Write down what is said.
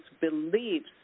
beliefs